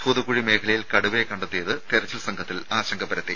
ഭൂതക്കുഴി മേഖലയിൽ കടുവയെ കണ്ടെത്തിയത് തെരച്ചിൽ സംഘത്തിൽ ആശങ്ക പരത്തി